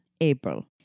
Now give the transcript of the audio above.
April